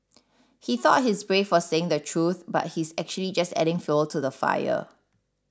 he thought he's brave for saying the truth but he's actually just adding fuel to the fire